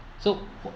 so